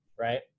Right